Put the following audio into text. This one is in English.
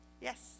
yes